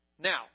Now